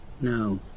No